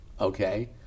Okay